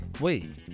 Wait